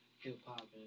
hip-hop